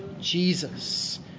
Jesus